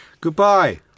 Goodbye